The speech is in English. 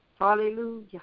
Hallelujah